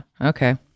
Okay